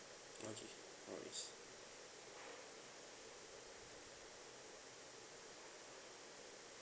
okay